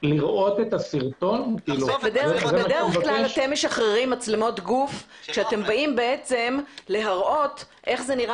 בדרך כלל אתם משחררים מצלמות גוף כשאתם באים להראות איך זה נראה